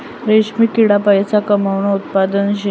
रेशीम किडा पैसा कमावानं उत्पादन शे